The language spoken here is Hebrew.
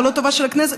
ולא טובת הכנסת,